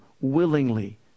willingly